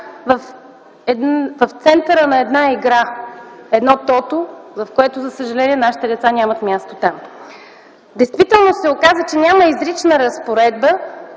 в центъра на една игра, едно тото, в което, за съжаление, нашите деца нямат място. Оказа се, че няма изрична разпоредба,